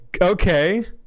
Okay